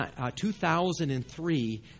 2003